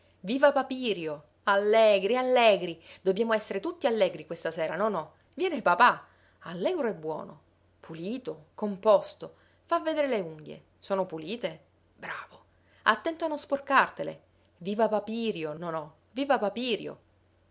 sai viva papirio allegri allegri dobbiamo essere tutti allegri questa sera nonò viene papà allegro e buono pulito composto fa vedere le unghie sono pulite bravo attento a non sporcartele viva papirio nonò viva papirio